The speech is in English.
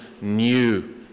new